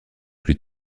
plus